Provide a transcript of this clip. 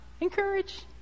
encourage